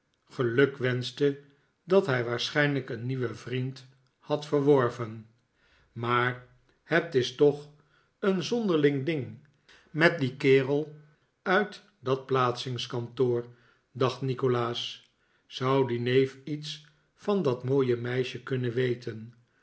gelukwenschte dat hij waarschijnlijk een nieuwen vriend had verworven maar het is toch een zonderling ding met dien kerel uit dat plaatsingkantoor dacht nikolaas zou die neef iets van dat mooie meisje kunnen weten